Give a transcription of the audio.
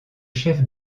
chef